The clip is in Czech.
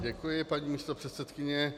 Děkuji, paní místopředsedkyně.